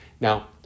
Now